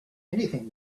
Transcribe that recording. anything